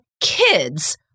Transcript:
kids